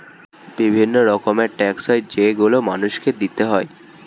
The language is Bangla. বিভিন্ন রকমের ট্যাক্স হয় যেগুলো মানুষকে দিতে হয়